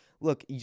look